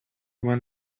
when